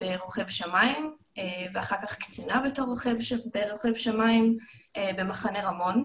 ברוכב שמיים ואחר קצינה ברוכב שמיים במחנה רמון,